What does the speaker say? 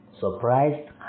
surprised